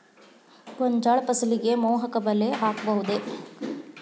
ಗೋಂಜಾಳ ಫಸಲಿಗೆ ಮೋಹಕ ಬಲೆ ಹಾಕಬಹುದೇ?